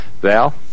Val